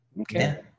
Okay